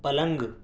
پلنگ